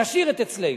נשאיר את מה שאצלנו.